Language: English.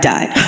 Died